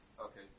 Okay